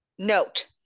note